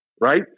right